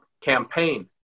campaign